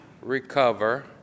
recover